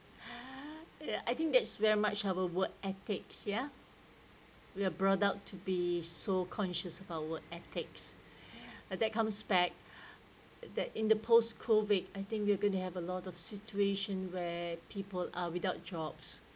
I think that's very much of a work ethic ya we are brought out to be so conscious about our ethics and that comes back in the post COVID I think we're gonna have a lot of situation where people are without jobs